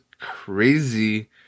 crazy